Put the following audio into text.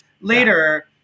later